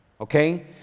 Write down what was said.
Okay